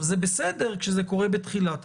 זה בסדר כשזה קורה בתחילה המגיפה,